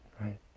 Right